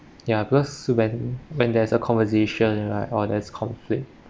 ya because when when there is a conversation right or there's conflict